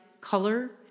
color